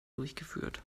durchgeführt